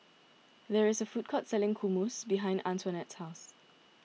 there is a food court selling Hummus behind Antonette's house